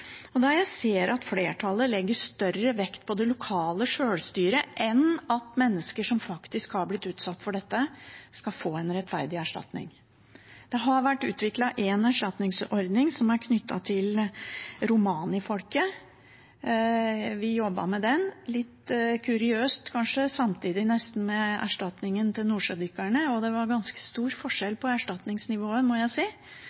ser jeg at flertallet legger større vekt på det lokale sjølstyret enn at mennesker som faktisk har blitt utsatt for dette, skal få en rettferdig erstatning. Det har vært utviklet én erstatningsordning som er knyttet til romanifolket. Vi jobbet med den – litt kuriøst, kanskje – nesten samtidig med erstatningen til nordsjødykkerne. Det var ganske stor forskjell på erstatningsnivået, må jeg si,